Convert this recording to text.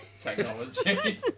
technology